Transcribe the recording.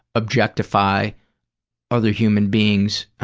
objectify other human beings,